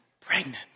pregnant